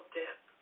death